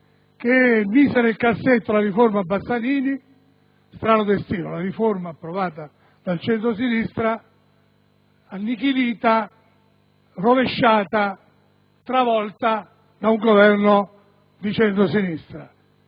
ha messo nel cassetto la riforma Bassanini (strano destino per una riforma approvata dal centrosinistra e poi annichilita, rovesciata, travolta da un Governo di centrosinistra):